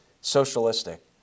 socialistic